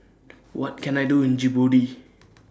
What Can I Do in Djibouti